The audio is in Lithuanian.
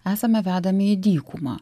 esame vedami į dykumą